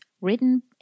written